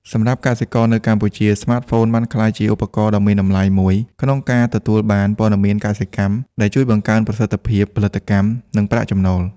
សម្រាប់កសិករនៅកម្ពុជា ស្មាតហ្វូនបានក្លាយជាឧបករណ៍ដ៏មានតម្លៃមួយក្នុងការទទួលបាន ព័ត៌មានកសិកម្ម ដែលជួយបង្កើនប្រសិទ្ធភាពផលិតកម្ម និងប្រាក់ចំណូល។